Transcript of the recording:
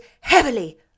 heavily